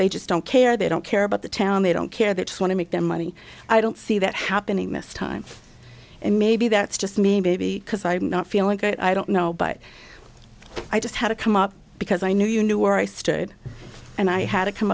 they just don't care they don't care about the town they don't care that just want to make their money i don't see that happening this time and maybe that's just me maybe because i'm not feeling good i don't know but i just had to come up because i knew you knew where i stood and i had to come